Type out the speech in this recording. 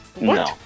No